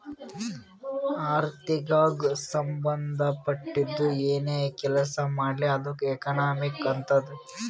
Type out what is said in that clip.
ಆರ್ಥಿಕಗ್ ಸಂಭಂದ ಪಟ್ಟಿದ್ದು ಏನೇ ಕೆಲಸಾ ಮಾಡ್ಲಿ ಅದು ಎಕನಾಮಿಕ್ ಆತ್ತುದ್